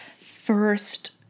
first